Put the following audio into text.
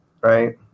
right